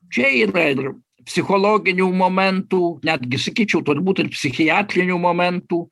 čia yra ir psichologinių momentų netgi sakyčiau turbūt ir psichiatrinių momentų